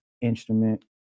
instrument